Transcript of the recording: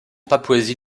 papouasie